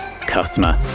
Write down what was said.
customer